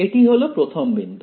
এটি হলো প্রথম বিন্দু